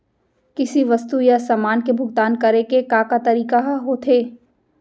किसी वस्तु या समान के भुगतान करे के का का तरीका ह होथे?